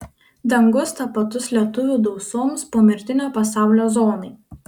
dangus tapatus lietuvių dausoms pomirtinio pasaulio zonai